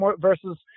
versus